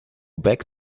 back